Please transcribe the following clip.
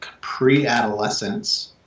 pre-adolescence